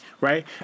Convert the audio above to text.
right